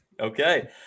Okay